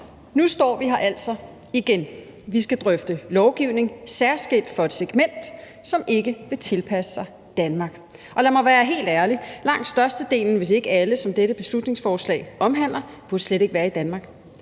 nu står vi her altså igen. Vi skal drøfte lovgivning særskilt for et segment, som ikke vil tilpasse sig Danmark. Lad mig være helt ærlig: Langt størstedelen, hvis ikke alle, som dette beslutningsforslag omhandler, burde slet ikke være i Danmark.